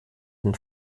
den